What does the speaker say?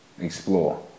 explore